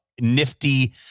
Nifty